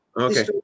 Okay